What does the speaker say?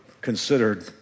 considered